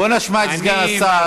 בוא נשמע את סגן השר,